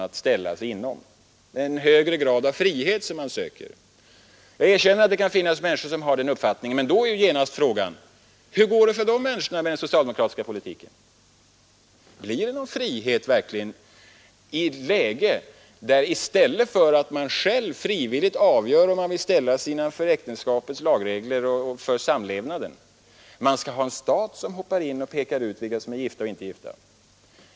De söker en högre grad av frihet. Jag erkänner att det finns människor som har denna uppfattning. Men då uppstår genast frågan: Hur går det för de människorna under den socialdemokratiska politiken? Blir det verkligen någon frihet i ett läge där man i stället för att själv frivilligt avgöra om man vill ställa sig innanför äktenskapets lagregler och reglerna för samlevnaden skall låta staten peka ut vilka som är gifta och inte gifta?